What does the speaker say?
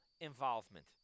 involvement